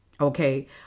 okay